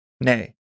Nay